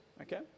okay